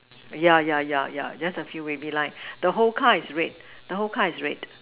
yeah yeah yeah yeah just a few wavy line the whole car is red the whole car is red